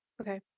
Okay